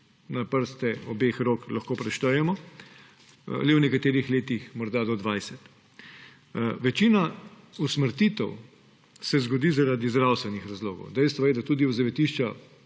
na prste obeh rok lahko preštejemo, le v nekaterih letih morda do 20. Večina usmrtitev se zgodi zaradi zdravstvenih razlogov. Dejstvo je, da tudi v zavetišča